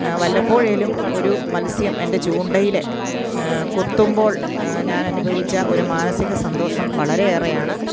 വല്ലപ്പോഴെങ്കിലും ഒരു മത്സ്യം എൻ്റെ ചൂണ്ടയിൽ കൊത്തുമ്പോൾ ഞാനനുഭവിച്ച ഒരു മാനസിക സന്തോഷം വളരേയേറെയാണ്